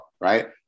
right